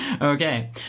Okay